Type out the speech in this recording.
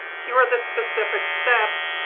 here are the specific steps.